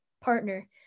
Partner